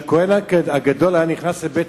אני רוצה לומר לך: כשהכוהן הגדול היה נכנס לבית-המקדש